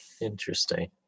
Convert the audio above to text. Interesting